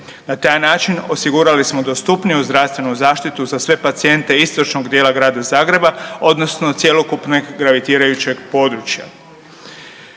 Na taj način osigurali smo dostupniju zdravstvenu zaštitu za sve pacijente istočnog dijela grada Zagreba, odnosno cjelokupnog gravitirajućeg područja.